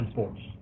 Sports